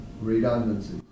redundancy